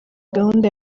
gahunda